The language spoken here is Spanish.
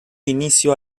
inicio